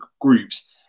groups